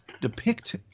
depict